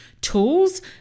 tools